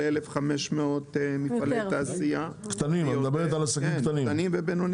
כ-1,500 מפעלי תעשייה קטנים ובינוניים.